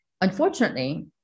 Unfortunately